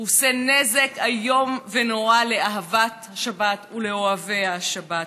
הוא עושה נזק איום ונורא לאהבת השבת ולאוהבי השבת.